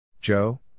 Joe